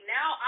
Now